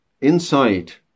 insight